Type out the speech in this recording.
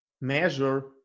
measure